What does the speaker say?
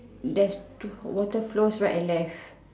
there's two water flows right and left